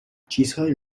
چیزهایی